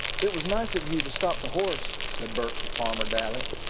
it was nice of you to stop the horse, said bert to farmer daly.